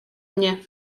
mnie